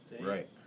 Right